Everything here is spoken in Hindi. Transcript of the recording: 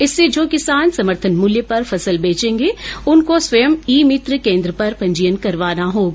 इससे जो किसान समर्थन मूल्य पर फसल बेचेंगे उनको स्वयं ई मित्र केंद्र पर पंजीयन करवाना होगा